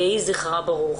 יהי זכרה ברוך.